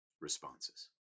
responses